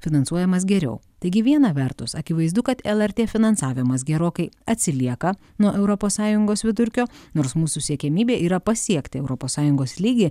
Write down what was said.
finansuojamas geriau taigi viena vertus akivaizdu kad lrt finansavimas gerokai atsilieka nuo europos sąjungos vidurkio nors mūsų siekiamybė yra pasiekti europos sąjungos lygį